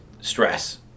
stress